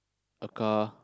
a car